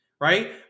right